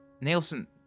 Nelson